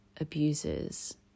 abusers